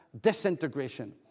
disintegration